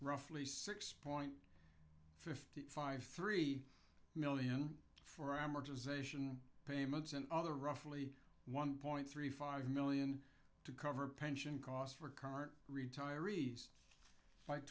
roughly six point five three million for amortization payments and other roughly one point three five million to cover pension costs for current retirees